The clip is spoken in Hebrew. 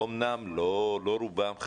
חלילה לא רובם,